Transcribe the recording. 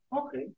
okay